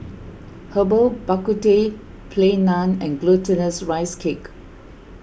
Herbal Bak Ku Teh Plain Naan and Glutinous Rice Cake